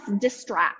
distract